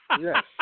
Yes